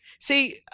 See